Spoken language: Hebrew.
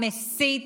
המסית,